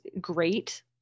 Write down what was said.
great